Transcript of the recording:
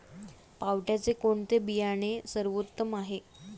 पावट्याचे कोणते बियाणे सर्वोत्तम आहे?